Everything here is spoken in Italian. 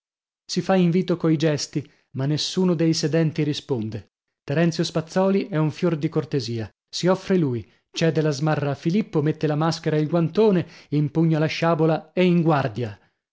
si fa invito coi gesti ma nessuno dei sedenti risponde terenzio spazzòli è un fior di cortesia si offre lui cede la smarra a filippo mette la maschera e il guantone impugna la sciabola e in guardia